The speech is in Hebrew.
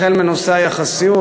החל מנושא היחסיות,